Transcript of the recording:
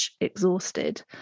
exhausted